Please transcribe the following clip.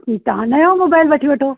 तव्हां नयो मोबाइल वठी वठो